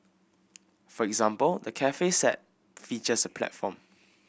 for example the cafe set features a platform